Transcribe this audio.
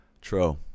True